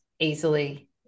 easily